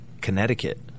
Connecticut